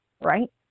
right